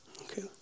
Okay